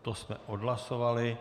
To jsme odhlasovali.